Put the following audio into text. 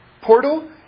portal